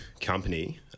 company